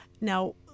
Now